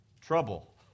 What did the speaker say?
trouble